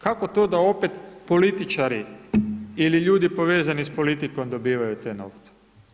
Kako to da opet političari ili ljudi povezani s politikom dobivaju te novce?